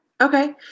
Okay